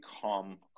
calm